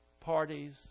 parties